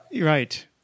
right